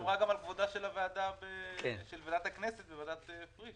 והיא שמרה גם על כבודה של ועדת הכנסת וועדת פריש.